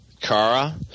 Kara